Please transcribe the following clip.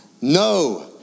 No